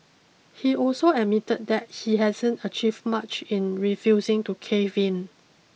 he also admitted that he hasn't achieved much in refusing to cave in